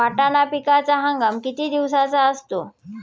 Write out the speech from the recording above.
वाटाणा पिकाचा हंगाम किती दिवसांचा असतो?